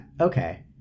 Okay